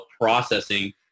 processing